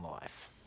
life